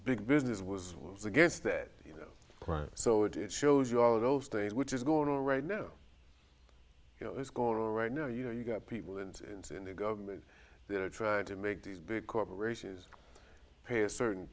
big business was against that you know so it shows you all those things which is going on right no you know it's going on right now you know you've got people and in the government that are trying to make these big corporations pay a certain